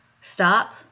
stop